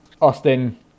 Austin